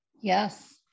Yes